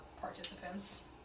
participants